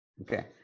okay